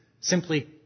simply